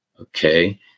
Okay